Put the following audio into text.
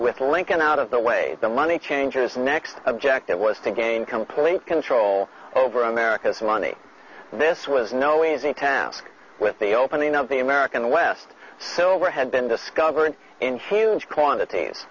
with lincoln out of the way the money changes next object it was thinking complete control over america's money this was no easy task with the opening of the american west silver had been discovered in huge quantities